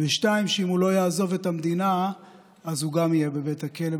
2. שאם הוא לא יעזוב את המדינה אז גם הוא יהיה בבית הכלא,